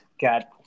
Got